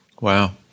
Wow